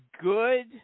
good